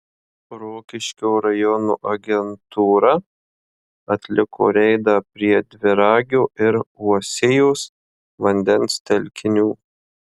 rokiškio rajono agentūra atliko reidą prie dviragio ir uosijos vandens telkinių